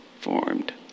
formed